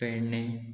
Pernem